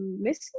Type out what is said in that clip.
missing